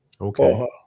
Okay